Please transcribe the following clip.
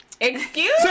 Excuse